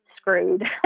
screwed